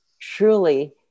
truly